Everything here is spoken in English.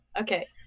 Okay